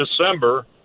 December